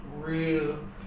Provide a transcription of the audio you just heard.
real